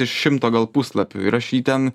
iš šimto gal puslapių ir aš jį ten